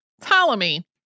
Ptolemy